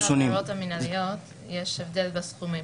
בעבירות המינהליות יש הבדל בסכומים.